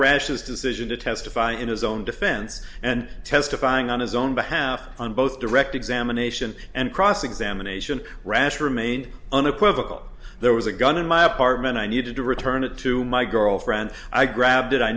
rashes decision to testify in his own defense and testifying on his own behalf on both direct examination and cross examination rash remained unequivocal there was a gun in my apartment i needed to return it to my girlfriend i grabbed it i